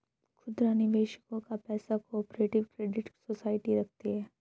खुदरा निवेशकों का पैसा को ऑपरेटिव क्रेडिट सोसाइटी रखती है